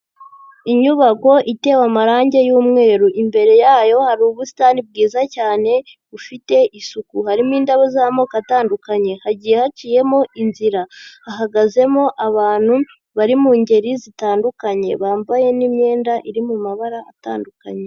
Inyubako itewe amarange y'umweru, imbere yayo hari ubusitani bwiza cyane bufite isuku harimo indabo z'amoko atandukanye, hagiye haciyemo inzira, hahagazemo abantu bari mu ngeri zitandukanye bambaye n'imyenda iri mu mabara atandukanye.